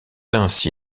ainsi